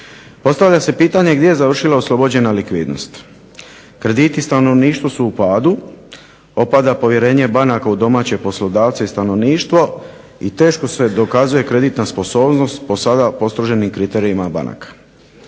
Postavlja se pitanje gdje je završila oslobođena likvidnost. Krediti stanovništva su u padu, opada povjerenje banaka u domaće poslodavce i stanovništvo i teško se dokazuje kreditna sposobnost po sada postroženim kriterijima banaka